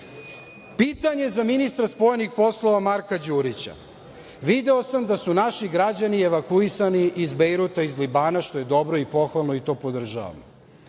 za ministra spoljnih poslova Marka Đurića. Video sam da su naši građani evakuisani iz Bejruta, iz Libana, što je dobro i pohvalno i to podržavam.